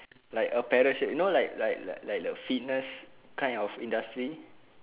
like a parachute you know like like like like the fitness kind of industry